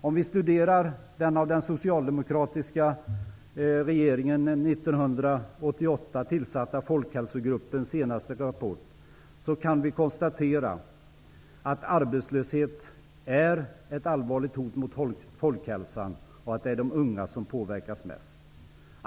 Om vi studerar den av den socialdemokratiska regeringen 1988 tillsatta Folkhälsogruppens senaste rapport, kan vi konstatera att arbetslöshet är ett allvarligt hot mot folkhälsan och att det är de unga som påverkas mest.